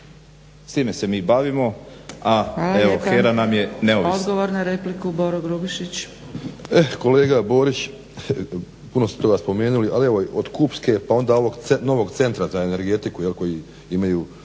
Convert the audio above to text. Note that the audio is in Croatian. S time se mi bavimo, a evo HERA nam je neovisna.